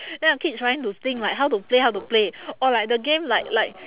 then I keep trying to think like how to play how to play or like the game like like